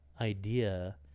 idea